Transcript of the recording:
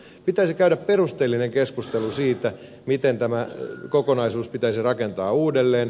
pitäisi käydä perusteellinen keskustelu siitä miten tämä kokonaisuus pitäisi rakentaa uudelleen